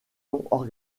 pour